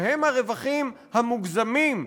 שהם הרווחים המוגזמים,